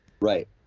right